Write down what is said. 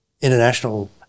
international